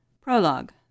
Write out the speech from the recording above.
Prologue